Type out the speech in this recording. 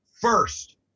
First